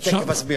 אני תיכף אסביר.